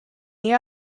the